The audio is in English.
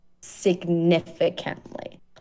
significantly